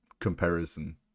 comparison